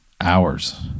Hours